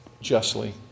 justly